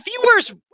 viewers